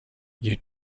you